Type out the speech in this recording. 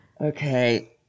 Okay